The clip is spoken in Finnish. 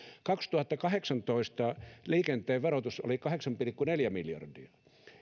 kaksituhattakahdeksantoista liikenteen verotus oli kahdeksan pilkku neljä miljardia